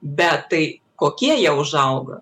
bet tai kokie jie užauga